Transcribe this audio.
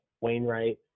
Wainwright